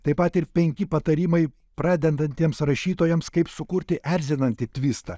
taip pat ir penki patarimai pradedantiems rašytojams kaip sukurti erzinantį tvistą